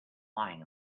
lying